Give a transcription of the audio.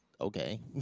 okay